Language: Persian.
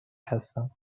هستم